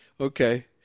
Okay